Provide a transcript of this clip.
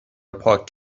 پاک